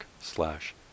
slash